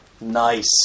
Nice